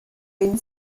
von